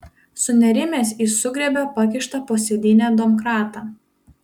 sunerimęs jis sugriebė pakištą po sėdyne domkratą